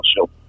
show